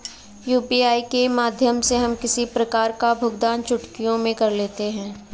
UPI के माध्यम से हम किसी प्रकार का भुगतान चुटकियों में कर लेते हैं